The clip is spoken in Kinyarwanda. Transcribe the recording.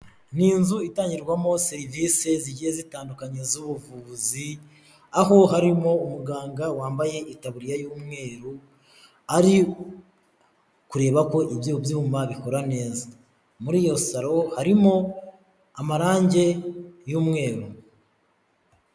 Ni inzu itangirwamo serivise zigiye zitandukanye z'ubuvuzi, aho harimo umuganga wambaye itaburiya y'umweru ari kureba ko ibyo byuma bikora neza muri iyo saro harimo amarangi y'umweru.